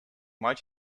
might